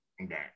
Okay